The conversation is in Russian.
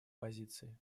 позиции